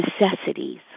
necessities